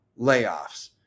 layoffs